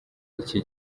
icyo